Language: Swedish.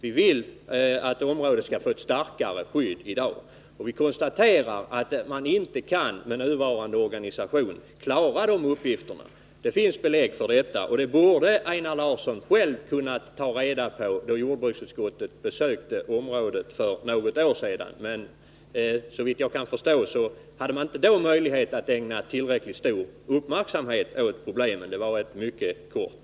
Vi vill att området skall få ett starkare skydd, och vi konstaterar att man med nuvarande organisation inte kan klara dessa uppgifter. Det finns belägg för detta. Einar Larsson borde själv ha kunnat konstatera det då jordbruksutskottet besökte området för något år sedan, men såvitt jag förstår hade inte utskottet möjlighet att ägna tillräcklig uppmärksamhet åt problemen, eftersom besöket var mycket kort.